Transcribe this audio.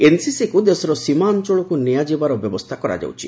ଏନ୍ସିସିକୁ ଦେଶର ସୀମା ଅଞ୍ଚଳକୁ ନିଆଯିବାର ବ୍ୟବସ୍ଥା କରାଯାଉଛି